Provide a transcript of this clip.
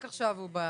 רק עכשיו, כן.